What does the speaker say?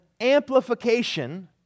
amplification